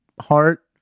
heart